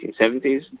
1970s